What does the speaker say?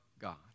God